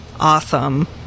Awesome